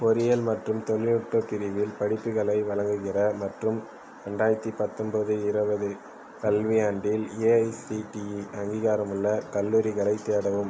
பொறியியல் மற்றும் தொழில்நுட்ப பிரிவில் படிப்புகளை வழங்குகிற மற்றும் இரண்டாயிரத்தி பத்தொன்பது இருபது கல்வியாண்டில் ஏஐசிடிஇ அங்கீகாரமுள்ள கல்லூரிகளைத் தேடவும்